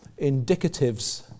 indicatives